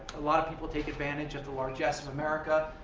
a lot of people take advantage of the largesse of america.